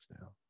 now